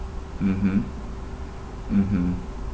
mmhmm mmhmm